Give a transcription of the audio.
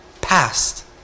past